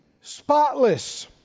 spotless